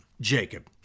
Jacob